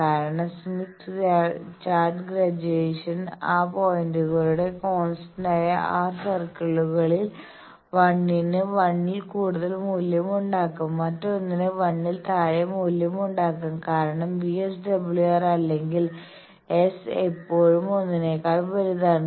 കാരണം Smith chart ഗ്രാജ്വേഷനിൽ ആ പോയിന്റുകളുടെ കോൺസ്റ്റന്റായ R സർക്കിളുകളിൽ 1 ന് 1 ൽ കൂടുതൽ മൂല്യമുണ്ടാകും മറ്റൊന്നിന് 1 ൽ താഴെ മൂല്യമുണ്ടാകും കാരണം VSWR അല്ലെങ്കിൽ s എപ്പോഴും ഒന്നിനെക്കാൾ വലുതാണ്